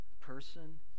person